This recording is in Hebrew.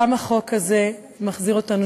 גם החוק הזה מחזיר אותנו,